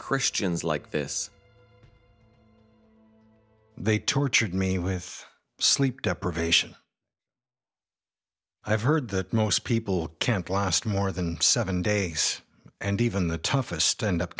christians like this they tortured me with sleep deprivation i've heard that most people can't last more than seven days and even the toughest to end up